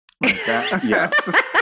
Yes